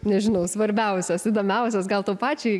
nežinau svarbiausios įdomiausios gal tau pačiai